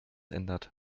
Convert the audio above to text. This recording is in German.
ändert